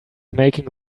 making